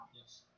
Yes